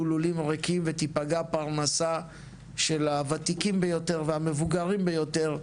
לולים ריקים ותיפגע פרנסה של הוותיקים ביותר והמבוגרים ביותר,